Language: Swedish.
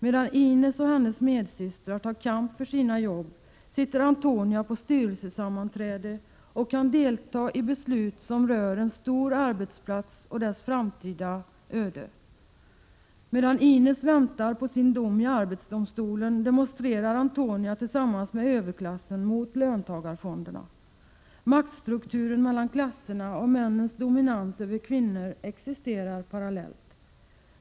Medan Inez och hennes medsystrar tar kamp för sina jobb, sitter Antonia på styrelsesammanträden och kan delta i beslut som rör en stor arbetsplats och dess framtida öde. Medan Inez väntar på sin dom i arbetsdomstolen, demonstrerar Antonia tillsammans med överklassen mot löntagarfonderna. Maktstrukturen mellan klasserna och männens dominans över kvinnor existerar parallellt.